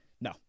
No